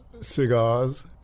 Cigars